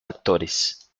actores